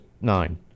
nine